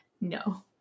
No